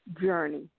Journey